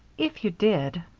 if you did,